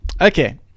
Okay